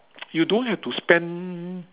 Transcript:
you don't have to spend